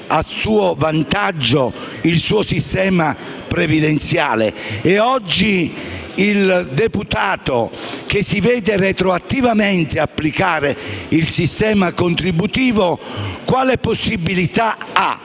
a suo vantaggio il proprio sistema previdenziale? Oggi, il deputato che si vede retroattivamente applicare il sistema contributivo quale possibilità ha